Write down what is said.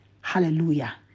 Hallelujah